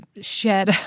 shed